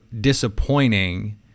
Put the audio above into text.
disappointing